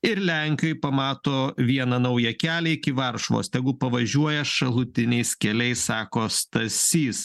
ir lenkijoj pamato vieną naują kelią iki varšuvos tegu pavažiuoja šalutiniais keliais sako stasys